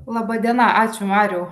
laba diena ačiū mariau